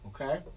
okay